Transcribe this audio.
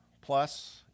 plus